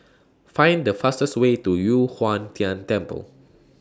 Find The fastest Way to Yu Huang Tian Temple